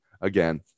Again